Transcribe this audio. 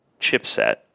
chipset